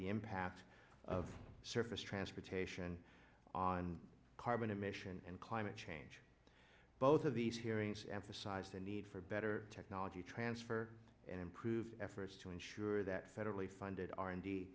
the impact of surface transportation on carbon emissions and climate change both of these hearings emphasized the need for better technology transfer and improved efforts to ensure that federally funded r and d